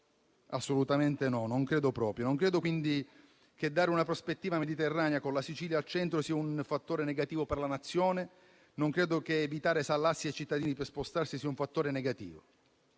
Assolutamente no, non credo proprio. Non credo quindi che dare una prospettiva mediterranea, con la Sicilia al centro, sia un fattore negativo per la Nazione; non credo che evitare salassi ai cittadini per spostarsi sia un fattore negativo.